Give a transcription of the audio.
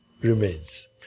remains